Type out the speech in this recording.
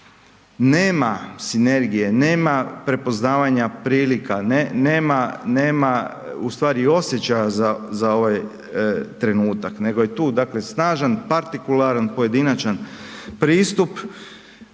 Nema sinergije, nema prepoznavanja prilika, nema ustvari osjećaja za ovaj trenutak nego je tu dakle snažan partikularan pojedinačan pristup